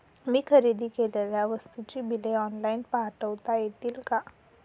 मी खरेदी केलेल्या वस्तूंची बिले ऑनलाइन पाठवता येतील का?